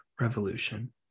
revolution